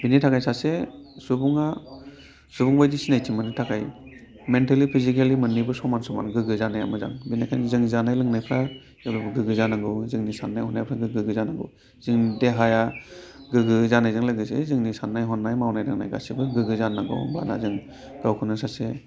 बेनि थाखाय सासे सुबुङा सुबुंबायदि सिनायथि मोननो थाखाय मेनटेलि फिजिकेलि मोननैबो समान समान गोग्गो जानाया मोजां बेनिखायनो जों जानाय लोंनायफ्रा गोग्गो जानांगौ जोंनि साननाय हनायफ्रा गोग्गो जानांगौ जोंनि देहाया गोग्गो जानायजों लोगोसे जोंनि साननाय हनाय मावनाय दांनाय गासैबो गोग्गो जानांगौ होनबाना जोङो गावखौनो सासे